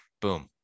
Boom